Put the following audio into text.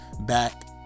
back